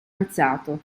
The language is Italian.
alzato